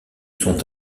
sont